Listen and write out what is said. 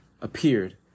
appeared